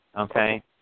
Okay